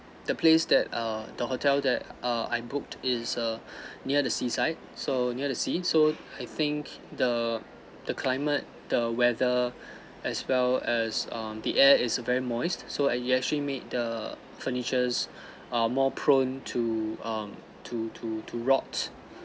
the place that err the hotel that err I booked is err near the sea side so near the sea so I think the the climate the weather as well as um the air is very moist so it actually made the furnitures um more prone to um to to to rot